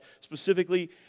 specifically